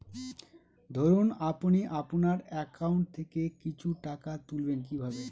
ধরুন আপনি আপনার একাউন্ট থেকে কিছু টাকা তুলবেন কিভাবে?